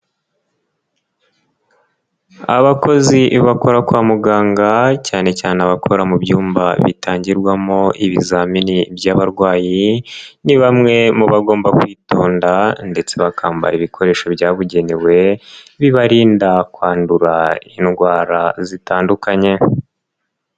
Abakozi bakora kwa muganga cyane cyane abakora mu byumba bitangirwamo ibizamini by'abarwayi ni bamwe mu bagomba kwitonda ndetse bakambara ibikoresho byabugenewe bibarinda kwandura indwara zitandukanye.